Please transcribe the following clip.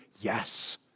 yes